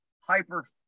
hyper